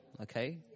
Okay